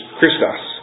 Christos